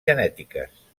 genètiques